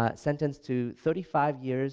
ah sentenced to thirty five years